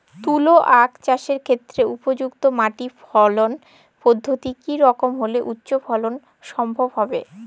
তুলো আঁখ চাষের ক্ষেত্রে উপযুক্ত মাটি ফলন পদ্ধতি কী রকম হলে উচ্চ ফলন সম্ভব হবে?